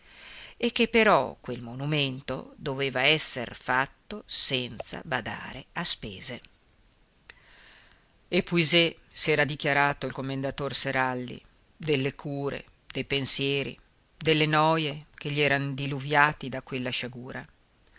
e che però quel monumento doveva esser fatto senza badare a spese epuisé s'era dichiarato il commendator seralli delle cure dei pensieri delle noje che gli eran diluviati da quella sciagura